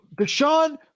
Deshaun